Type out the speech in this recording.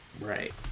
Right